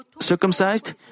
circumcised